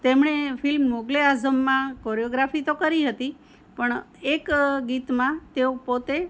તેમણે ફિલ્મ મુગલ એ આઝમમાં કોરીઓગ્રાફી તો કરી હતી પણ એક ગીતમાં તેઓ પોતે